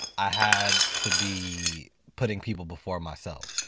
i had to be putting people before myself.